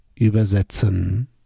übersetzen